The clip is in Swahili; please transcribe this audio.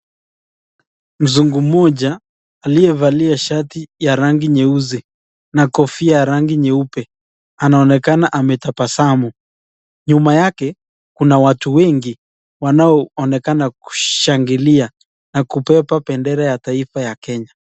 Mzungu mmoja aliyevalia shati ya rangi nyeusi na kofia ya rangi nyeupe anaonekana anatabasamu. Nyuma yake kuna watu wemgi wanaoonekana kushangilia na kubeba bendera ya taifa ya kenya.